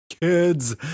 kids